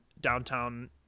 downtown